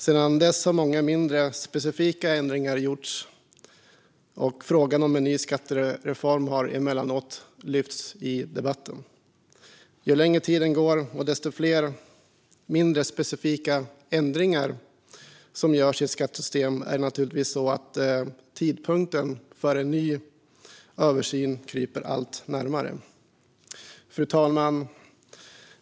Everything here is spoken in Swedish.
Sedan dess har många mindre, specifika ändringar gjorts, och frågan om en ny skattereform har emellanåt lyfts i debatten. Ju längre tiden går och ju fler mindre, specifika ändringar som görs i ett skattesystem, desto närmare kryper tidpunkten för en ny översyn. Fru talman!